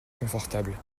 confortables